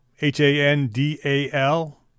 H-A-N-D-A-L